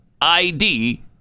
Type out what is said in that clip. ID